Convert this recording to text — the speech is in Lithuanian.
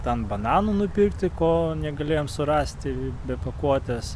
ten bananų nupirkti ko negalėjom surasti be pakuotės